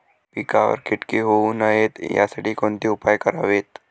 पिकावर किटके होऊ नयेत यासाठी कोणते उपाय करावेत?